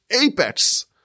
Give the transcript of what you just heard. apex